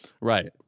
Right